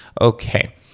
Okay